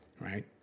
right